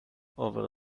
over